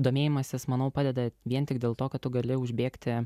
domėjimasis manau padeda vien tik dėl to kad tu gali užbėgti